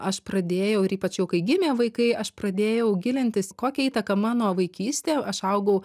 aš pradėjau ir ypač jau kai gimė vaikai aš pradėjau gilintis kokią įtaką mano vaikystė aš augau